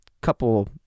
couple